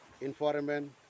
environment